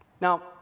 Now